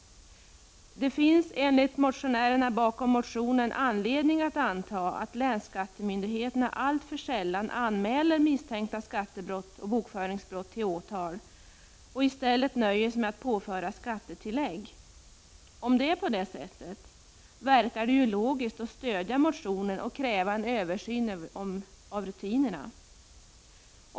Det finns enligt motionärerna bakom motionen anledning att anta att länsskattemyndigheterna alltför sällan anmäler misstänkta skattebrott och bokföringsbrott till åtal, utan i stället nöjer sig med att påföra skattetillägg. Om det är på det sättet, verkar det ju logiskt att stödja motionen och kräva en översyn av rutinerna.